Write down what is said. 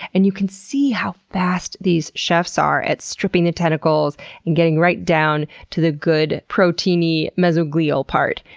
and you can see how fast these chefs are at stripping the tentacles and getting right down to the good, proteiny mesogleal part.